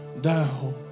down